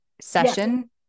session